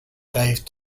dave